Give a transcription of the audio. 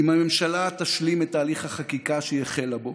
אם הממשלה תשלים את תהליך החקיקה שהיא החלה בו,